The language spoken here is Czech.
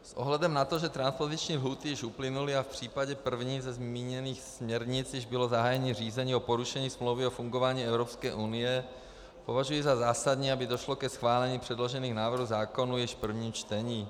S ohledem na to, že transpoziční lhůty již uplynuly a v případě první ze zmíněných směrnic již bylo zahájení řízení o porušení Smlouvy o fungování Evropské unie, považuji za zásadní, aby došlo ke schválení předložených návrhů zákonů již v prvním čtení.